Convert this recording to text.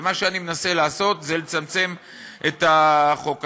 ומה שאני מנסה לעשות זה לצמצם את החוק הזה.